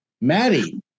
Maddie